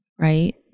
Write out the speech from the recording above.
right